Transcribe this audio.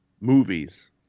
Movies